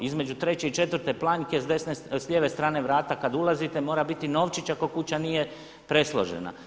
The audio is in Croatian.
Između treće i četvrte planjke s lijeve strane vrata kad ulazite mora biti novčić ako kuća nije presložena.